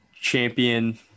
champion